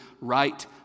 right